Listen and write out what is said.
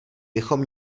bychom